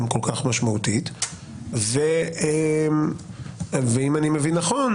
ואם אני מבין נכון